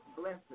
blessed